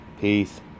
Peace